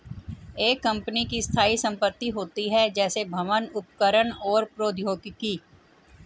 एक कंपनी की स्थायी संपत्ति होती हैं, जैसे भवन, उपकरण और प्रौद्योगिकी